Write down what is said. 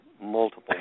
Multiple